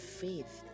faith